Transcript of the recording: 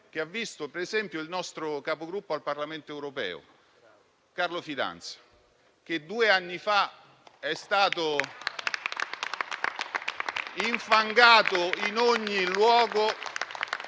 anche ha visto coinvolto il nostro capogruppo al Parlamento europeo, Carlo Fidanza, che due anni fa è stato infangato in ogni luogo